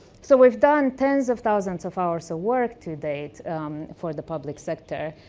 so we've done tens of thousands of hours of work to date for the public sector,